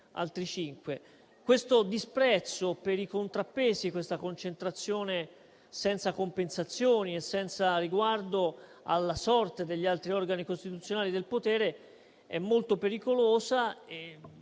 altri cinque. Questo disprezzo per i contrappesi, questa concentrazione del potere senza compensazioni e senza riguardo alla sorte degli altri organi costituzionali è molto pericolosa